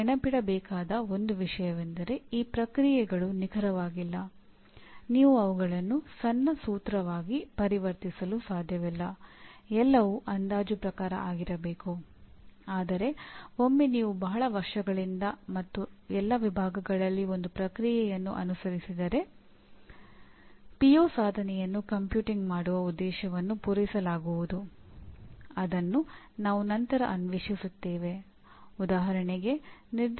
ಸಂಭವಿಸಿದ ಒಂದು ವಿಷಯವೆಂದರೆ ಪಾಸ್ ಶೇಕಡಾವಾರು ಕುಗ್ಗಿದಾಗ ಎಲ್ಲಾ ನಿರ್ವಹಣ ಮಂಡಳಿ ಮತ್ತು ಸಂಸ್ಥೆಗಳ ಪ್ರತಿಕ್ರಿಯೆ ಹೇಗಿರುತ್ತೆ ಎಂದರೆ ನಿಮ್ಮ ಅಂದಾಜುವಿಕೆ ವ್ಯವಸ್ಥೆ ಹಾಗೂ ಪರೀಕ್ಷೆಗಳು ಕಠಿಣವಾಗಿವೆ ಮತ್ತು ಅದಕ್ಕಾಗಿಯೇ ಅವರು ಉತ್ತೀರ್ಣರಾಗಲಿಲ್ಲ ಎಂದು